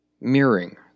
Mirroring